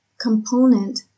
component